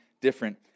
different